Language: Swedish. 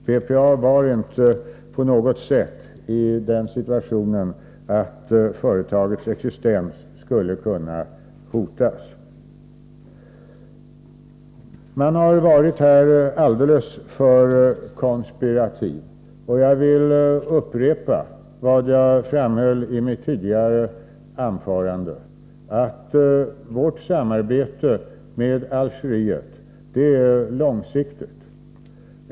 BPA var inte på något sätt i den situationen att företagets existens skulle kunna hotas. Man har här varit alldeles för konspirativ. Jag vill upprepa vad jag framhöll i mitt tidigare anförande: Vårt samarbete med Algeriet är långsiktigt.